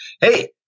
hey